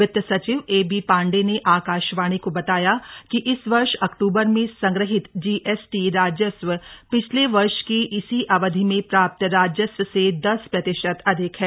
वित्त सचिव A B Pandey ने आकाशवाणी को बताया कि इस वर्ष अक्टूबर में संग्रहित जीएसटी राजस्व पिछले वर्ष की इसी अवधि में प्राप्त राजस्व से दस प्रतिशत अधिक है